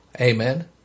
Amen